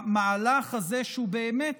המהלך הזה, שהוא באמת